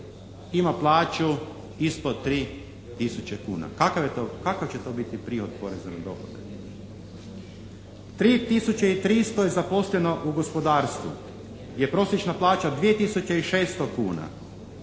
ima plaću ispod 3 tisuće kuna. Kakav će to biti prihod poreza na dohodak? 3 tisuće i 300 je zaposleno u gospodarstvu gdje je prosječna plaća 2 tisuće